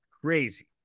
crazy